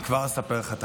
אני כבר אספר לך.